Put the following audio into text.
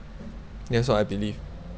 that's what I believe